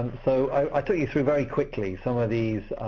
so i took you through very quickly some of these